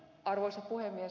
arvoisa puhemies